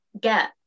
get